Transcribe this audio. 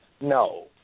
No